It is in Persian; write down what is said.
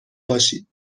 باشید